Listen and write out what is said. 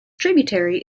tributary